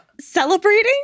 celebrating